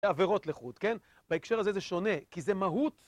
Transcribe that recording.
עבירות לחוד, כן? בהקשר הזה זה שונה, כי זה מהות.